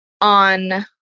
on